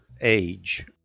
age